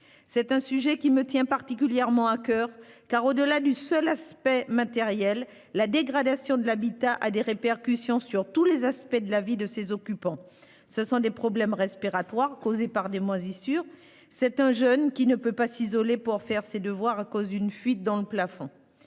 C'est un sujet qui me tient particulièrement à coeur, car, au-delà du seul aspect matériel, la dégradation de l'habitat a des répercussions sur tous les aspects de la vie de ses occupants : ce sont des problèmes respiratoires causés par des moisissures, c'est un jeune qui ne peut pas s'isoler pour faire ses devoirs à cause d'une fuite dans le plafond,